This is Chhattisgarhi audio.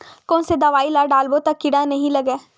कोन से दवाई ल डारबो त कीड़ा नहीं लगय?